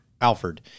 Alfred